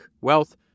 Wealth